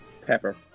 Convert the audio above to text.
Pepper